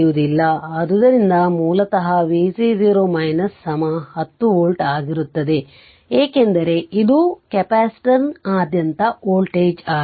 ಆದ್ದರಿಂದ ಮೂಲತಃ vc 0 10 volt ಆಗಿರುತ್ತದೆ ಏಕೆಂದರೆ ಇದು ಕೆಪಾಸಿಟರ್ನಾದ್ಯಂತ ವೋಲ್ಟೇಜ್ ಆಗಿದೆ